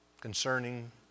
concerning